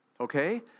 Okay